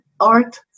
art